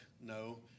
No